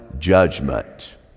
Judgment